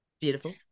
Beautiful